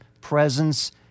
presence